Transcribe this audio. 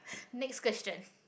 next question